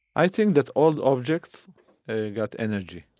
i think that all objects got energy